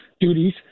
duties